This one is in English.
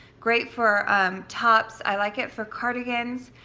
great for tops, i like it for cardigans.